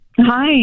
hi